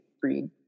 breed